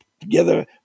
together